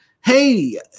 hey